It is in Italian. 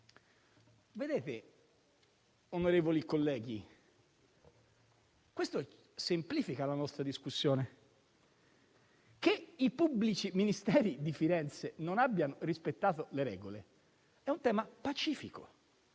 Vedete, onorevoli colleghi, questo semplifica la nostra discussione. Che i pubblici ministeri di Firenze non abbiano rispettato le regole è un tema pacifico.